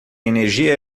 energia